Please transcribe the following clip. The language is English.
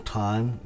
time